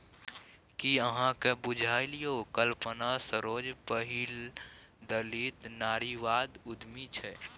कि अहाँक बुझल यै कल्पना सरोज पहिल दलित नारीवादी उद्यमी छै?